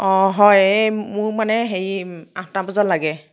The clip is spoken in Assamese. অ' হয় এই মোক মানে হেৰি আঠটা বজাত লাগে